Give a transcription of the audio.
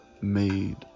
made